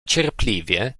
cierpliwie